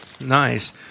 Nice